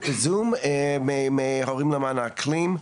את בזום מהורים למען האקלים,